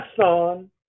son